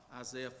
Isaiah